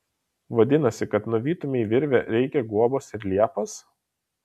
vadinasi kad nuvytumei virvę reikia guobos ir liepos